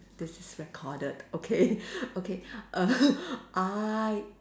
this is recorded okay okay err I